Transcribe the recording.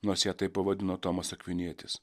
nors ją taip pavadino tomas akvinietis